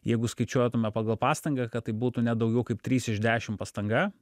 jeigu skaičiuotume pagal pastangą kad tai būtų ne daugiau kaip trys iš dešimt pastanga